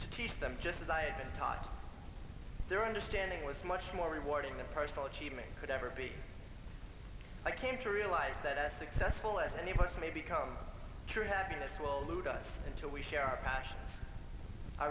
to teach them just as i've been taught their understanding was much more rewarding than personal achievement could ever be i came to realize that as successful as any of us may become true happiness will lose us until we share our passions i